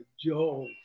Joel